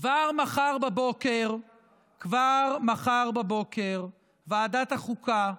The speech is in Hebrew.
כבר מחר בבוקר, ועדת החוקה,